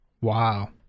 Wow